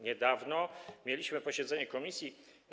Niedawno mieliśmy posiedzenie komisji.